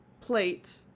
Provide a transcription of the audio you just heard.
plate